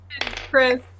Chris